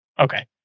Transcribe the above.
Okay